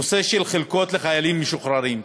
הנושא של חלקות לחיילים משוחררים,